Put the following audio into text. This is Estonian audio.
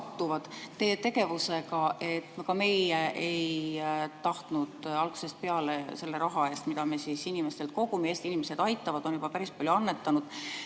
teie tegevusega. Ka meie ei tahtnud algusest peale selle raha eest, mida me inimestelt kogume – Eesti inimesed aitavad, on juba päris palju annetanud